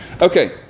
Okay